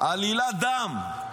עלילת דם,